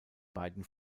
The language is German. beiden